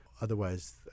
Otherwise